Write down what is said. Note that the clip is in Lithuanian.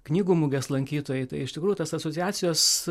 knygų mugės lankytojai iš tikrųjų tas asociacijos